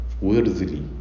worthily